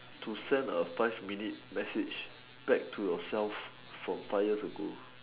to send a five minute message back to yourself from five years ago